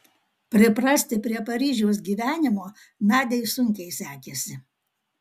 priprasti prie paryžiaus gyvenimo nadiai sunkiai sekėsi